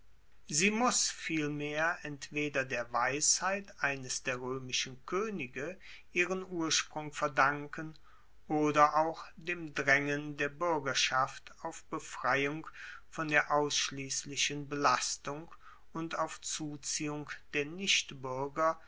sie muss vielmehr entweder der weisheit eines der roemischen koenige ihren ursprung verdanken oder auch dem draengen der buergerschaft auf befreiung von der ausschliesslichen belastung und auf zuziehung der